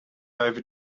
over